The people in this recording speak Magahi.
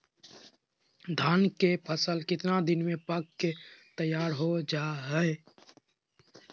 धान के फसल कितना दिन में पक के तैयार हो जा हाय?